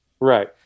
Right